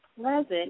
pleasant